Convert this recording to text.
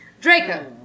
Draco